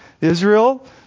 Israel